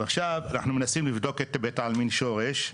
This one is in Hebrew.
אז עכשיו אנחנו מנסים לבדוק את בית עלמין שורש,